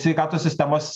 sveikatos sistemos